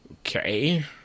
okay